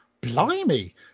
Blimey